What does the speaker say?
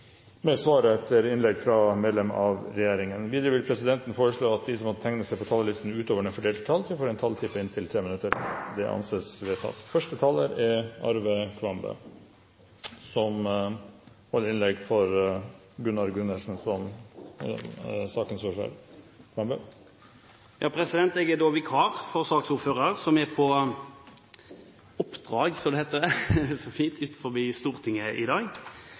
med svar etter innlegg fra medlemmer av regjeringen innenfor den fordelte taletid. Videre vil presidenten foreslå at de som måtte tegne seg på talerlisten utover den fordelte taletid, får en taletid på inntil 3 minutter. – Det anses vedtatt. Arve Kambe holder innlegg for Gunnar Gundersen, som er ordfører for saken. Jeg er da vikar for saksordføreren, som er «på oppdrag», som det heter så fint, utenfor Stortinget i dag.